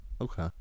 Okay